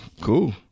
cool